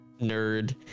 nerd